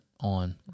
on